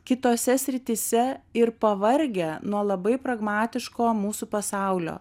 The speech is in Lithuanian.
kitose srityse ir pavargę nuo labai pragmatiško mūsų pasaulio